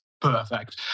perfect